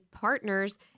partners